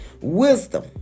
wisdom